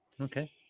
okay